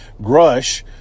Grush